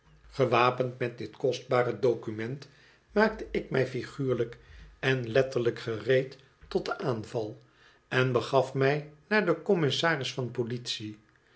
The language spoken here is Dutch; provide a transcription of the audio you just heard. gewapend met dit kostbare document maakte ik mij figuurlijk en letterlijk gereed tot den aanval en begaf mij naar den commissaris van politie